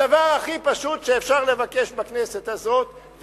הדבר הכי פשוט שאפשר לבקש בכנסת הזאת,